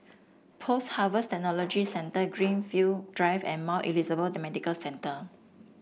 Post Harvest Technology Centre Greenfield Drive and Mount Elizabeth Medical Centre